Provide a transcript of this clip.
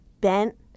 bent